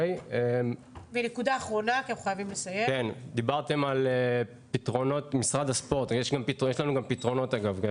יש לנו גם פתרונות, אגב.